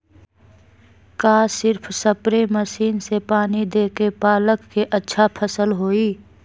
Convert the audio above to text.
का सिर्फ spray machine से पानी देके पालक के अच्छा फसल होई?